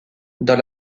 dans